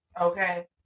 okay